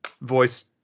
voice